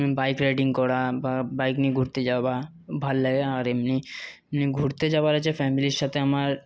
bike riding করা বা bike নিয়ে ঘুরতে যাওয়া ভাল লাগে আর এমনি ঘুরতে যাওয়ার আছে ফ্যামিলির সাথে আমার